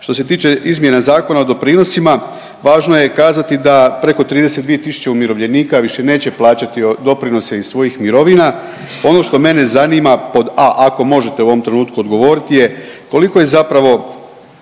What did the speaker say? Što se tiče izmjena Zakona o doprinosima važno je kazati da preko 32 tisuće umirovljenika više neće plaćati doprinose iz svojih mirovina. Ono što mene zanima pod a) ako možete u ovom trenutku odgovoriti je koliko je zapravo